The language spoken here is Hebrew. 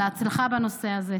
להצלחה בנושא הזה.